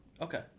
Okay